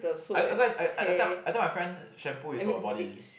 I I go and I I tell I tell my friend shampoo is for body